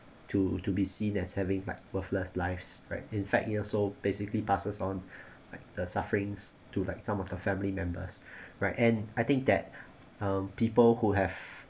to to be seen as having like worthless lives right in fact so basically passes on like the sufferings to like some of the family members right and I think that um people who have